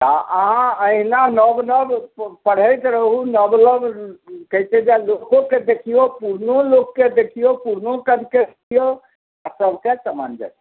अहाँ एहिना नव नव पढ़ैत रहू नव नव कहै छै जे लोकोके देखियौ पुरनो लोकोके देखियौ पुरनोसभके देखियौ सभके समान